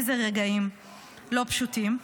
איזה רגעים לא פשוטים.